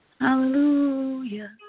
Hallelujah